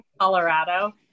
Colorado